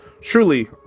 truly